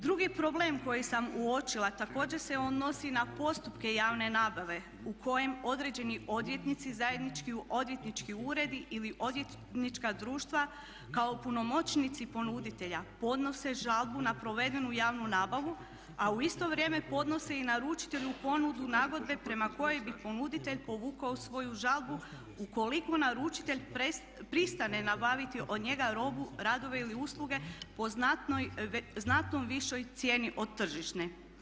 Drugi problem koji sam uočila također se odnosi na postupke javne nabave u kojem određeni odvjetnici, zajednički odvjetnički uredi ili odvjetnička društva kao punomoćnici ponuditelja podnose žalbu na provedenu javnu nabavu a u isto vrijeme podnose i naručitelju ponudu nagodbe prema kojoj bi ponuditelj povukao svoju žalbu u koliko naručitelj pristane nabaviti od njega robu, radove ili usluge po znatnoj višoj cijeni od tržišne.